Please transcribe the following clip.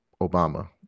Obama